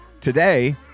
today